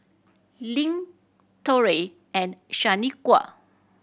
Link Torrey and Shanequa